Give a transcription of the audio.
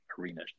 arena